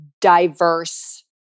diverse